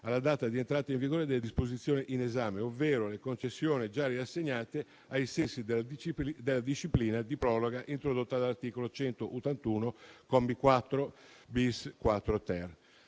alla data di entrata in vigore della disposizione in esame, ovvero le concessioni già riassegnate ai sensi della disciplina di proroga introdotta dall'articolo 181, commi 4-*bis* e